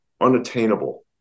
unattainable